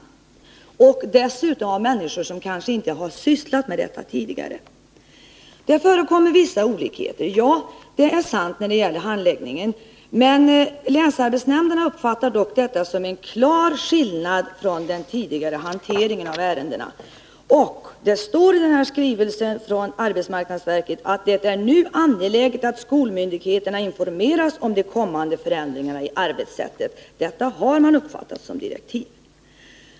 Det gäller särskilt som ärendena kanske kommer att handläggas av människor som tidigare inte har sysslat med dessa frågor. Det förekommer vissa olikheter, säger arbetsmarknadsministern. Ja, det är sant när det gäller handläggningen. Men länsarbetsnämnderna uppfattar att de nya direktiven innebär en klar skillnad jämfört med den tidigare hanteringen av ärendena. Och det står i skrivelsen från arbetsmarknadsverket: Det är nu angeläget att skolmyndigheterna informeras om de kommande förändringarna i arbetssättet. Detta har uppfattats som direktiv.